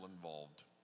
involved